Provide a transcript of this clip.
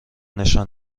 نشان